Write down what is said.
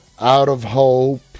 out-of-hope